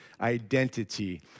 identity